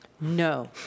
No